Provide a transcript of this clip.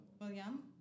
William